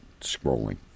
scrolling